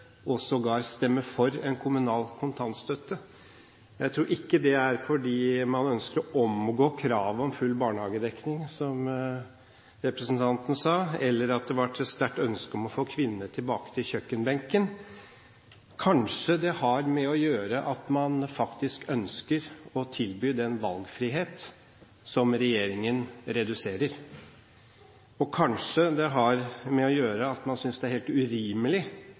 og sågar stemme for, en kommunal kontantstøtte. Jeg tror ikke det er fordi man ønsker å omgå kravet om full barnehagedekning, som representanten sa, eller at det er et sterkt ønske om å få kvinnene tilbake til kjøkkenbenken. Kanskje det har å gjøre med at man faktisk ønsker å tilby den valgfriheten som regjeringen reduserer? Kanskje det har å gjøre med at man synes det er helt urimelig,